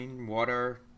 water